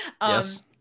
Yes